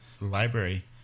library